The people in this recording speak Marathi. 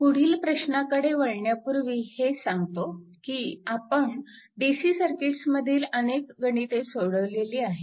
पुढील प्रश्नाकडे वळण्यापूर्वी हे सांगतो की आपण DC सर्किट्स मधील अनेक गणिते सोडविली आहेत